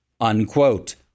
unquote